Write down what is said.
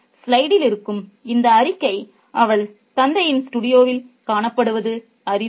ஸ்லைடில் இருக்கும் இந்த அறிக்கை "அவள் தந்தையின் ஸ்டுடியோவில் காணப்படுவது அரிது